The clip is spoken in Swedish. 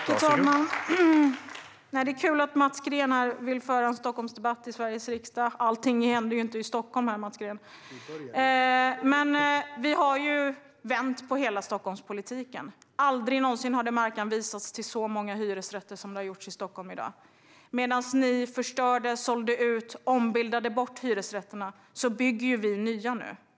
Herr talman! Det är kul att Mats Green vill föra en Stockholmsdebatt i Sveriges riksdag. Allting händer ju inte i Stockholm, Mats Green! Vi har vänt på hela Stockholmspolitiken. Aldrig någonsin har det markanvisats för så många hyresrätter i Stockholm som i dag. När ni förstörde, sålde ut och ombildade bort hyresrätterna bygger vi nu nya.